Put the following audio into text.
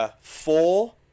four